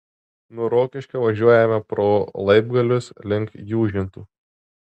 nuo rokiškio važiuojame pro laibgalius link jūžintų